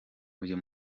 uyu